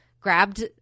grabbed